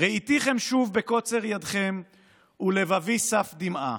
"ראיתיכם שוב בקוצר ידכם ולבבי סף דמעה.